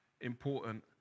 important